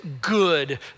good